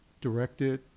direct it,